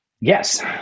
Yes